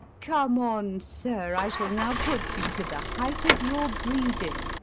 come on, sir i shall now put you to the height of your breeding.